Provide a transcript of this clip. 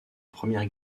première